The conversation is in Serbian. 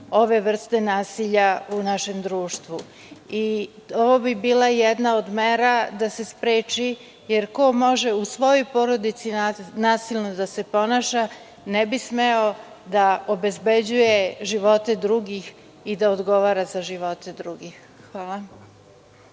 ove vrste nasilja u našem društvu. Ovo bi bila jedna od mera da se spreči, jer ko može u svojoj porodici nasilno da se ponaša ne bi smeo da obezbeđuje živote drugih i da odgovara za živote drugih. Hvala.